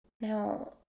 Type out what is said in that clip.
Now